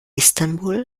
istanbul